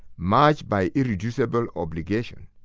matched by irreducible obligation.